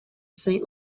saint